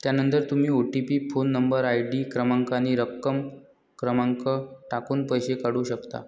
त्यानंतर तुम्ही OTP phone number, ID क्रमांक आणि रक्कम क्रमांक टाकून पैसे काढू शकता